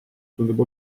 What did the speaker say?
tundub